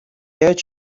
яаж